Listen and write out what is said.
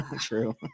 True